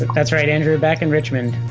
that's right andrew back in richmond!